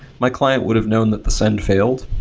my client would have known that the send failed,